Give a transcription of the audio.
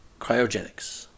Cryogenics